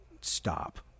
stop